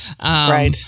Right